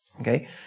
Okay